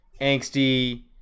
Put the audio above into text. angsty